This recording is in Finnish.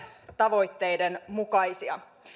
tavoitteiden mukaista